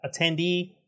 attendee